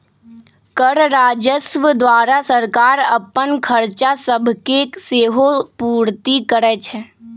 कर राजस्व द्वारा सरकार अप्पन खरचा सभके सेहो पूरति करै छै